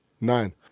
nine